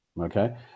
Okay